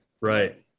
Right